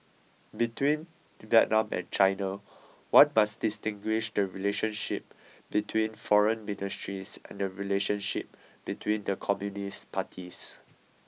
between Vietnam and China one must distinguish the relationship between foreign ministries and the relationship between the communist parties